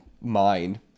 mind